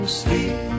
sleep